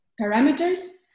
parameters